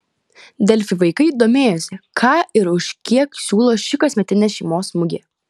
delfi vaikai domėjosi ką ir už kiek siūlo ši kasmetinė šeimos mugė